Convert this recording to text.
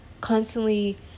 constantly